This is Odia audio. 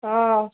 ହଁ